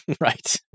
right